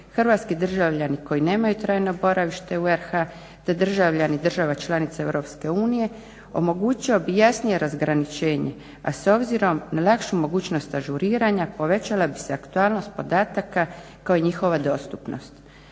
hrvatski državljani koji nemaju trajno boravište u RH te državljani država članica Europske unije omogućio bi jasnije razgraničenje, a s obzirom na lakšu mogućnost ažuriranja povećala bi se aktualnost podataka kao i njihova dostupnost.